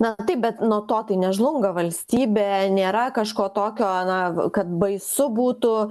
na taip bet nuo to tai nežlunga valstybė nėra kažko tokio na v kad baisu būtų